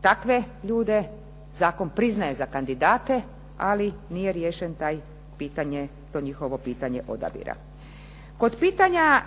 Takve ljude zakon priznaje za kandidate ali nije riješeno to pitanje odabira. Kod pitanja